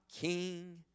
king